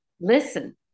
Listen